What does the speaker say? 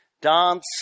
dance